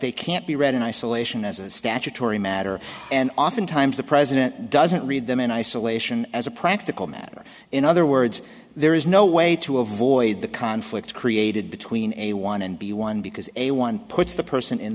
they can't be read in isolation as a statutory matter and oftentimes the president doesn't read them in isolation as a practical matter in other words there is no way to avoid the conflict created between a one and b one because and puts the person in